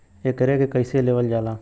एकरके कईसे लेवल जाला?